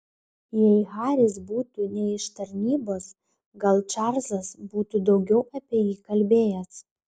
jei haris būtų ne iš tarnybos gal čarlzas būtų daugiau apie jį kalbėjęs